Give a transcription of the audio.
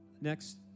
Next